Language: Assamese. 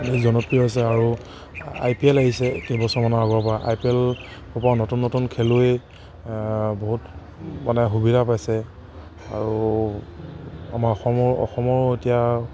জনপ্ৰিয় হৈছে আৰু আই পি এল আহিছে তিনি বছৰমানৰ আগৰ পৰা আই পি এল হোৱাৰ পৰা নতুন নতুন খেলুৱৈ বহুত মানে সুবিধা পাইছে আৰু আমাৰ অসমৰ অসমৰো এতিয়া